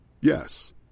Yes